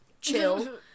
chill